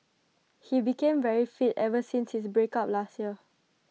he became very fit ever since his breakup last year